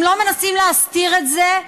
הם לא מנסים להסתיר את זה,